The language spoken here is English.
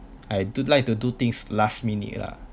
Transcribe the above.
I do like to do things last minute lah